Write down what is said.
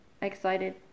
excited